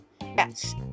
Yes